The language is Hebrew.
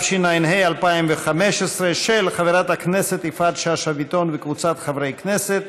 של חברת הכנסת יפעת שאשא-ביטון וקבוצת חברי הכנסת.